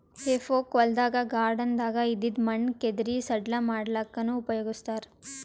ಹೆಫೋಕ್ ಹೊಲ್ದಾಗ್ ಗಾರ್ಡನ್ದಾಗ್ ಇದ್ದಿದ್ ಮಣ್ಣ್ ಕೆದರಿ ಸಡ್ಲ ಮಾಡಲ್ಲಕ್ಕನೂ ಉಪಯೊಗಸ್ತಾರ್